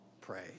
pray